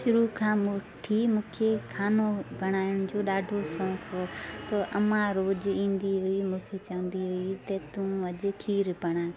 शुरू खां वठी मूंखे खानो बणाइण जो ॾाढो शौक़ु हो त अम्मां रोज इंदी हुई मूंखे चवंदी हुई त तूं अॼु खीर बणाए